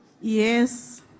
Yes